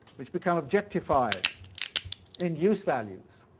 which become objectified in use-values,